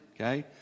Okay